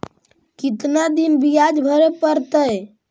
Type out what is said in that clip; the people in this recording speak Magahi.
कितना दिन बियाज भरे परतैय?